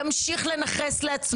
ימשיך לנכס לעצמו יכולות.